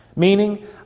meaning